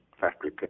factory, –